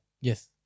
Yes